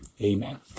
Amen